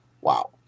Wow